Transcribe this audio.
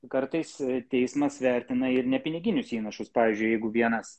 kartais teismas vertina ir nepiniginius įnašus pavyzdžiui jeigu vienas